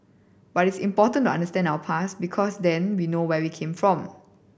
but it's important to understand our past because then we know where we came from